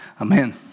Amen